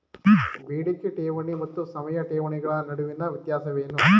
ಬೇಡಿಕೆ ಠೇವಣಿ ಮತ್ತು ಸಮಯ ಠೇವಣಿಗಳ ನಡುವಿನ ವ್ಯತ್ಯಾಸವೇನು?